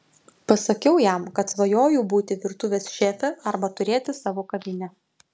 pasakiau jam kad svajoju būti virtuvės šefė arba turėti savo kavinę